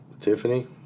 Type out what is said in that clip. Tiffany